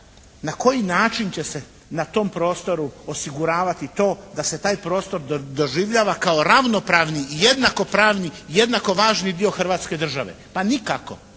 na koji način će se na tom prostoru osiguravati to da se taj prostor doživljava kao ravnopravni i jednakopravni, jednako važni dio hrvatske države? Pa nikako.